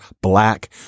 black